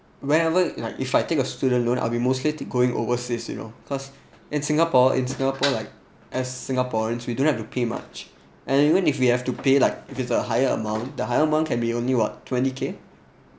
wherever like if I take a student loan I'll be mostly to going overseas you know cause in singapore in singapore like as singaporeans we don't have to pay much and even if we have to pay like if it's a higher amount the higher amount can be only what twenty K